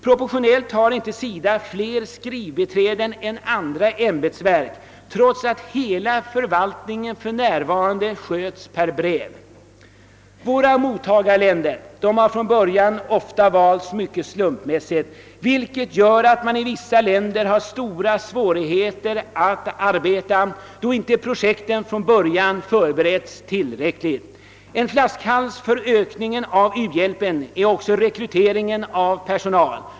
Proportionellt har SIDA inte fler skrivbiträden än andra ämbetsverk trots att hela förvaltningen sköts brevledes. Våra mottagarländer har från början ofta valts mycket slumpmässigt, vilket gör att det i vissa länder är mycket svårt att utföra arbetet. Projekten har från början inte förberetts tillräckligt. En flaskhals för ökningen av u-landshjälpen är rekryteringen av personal.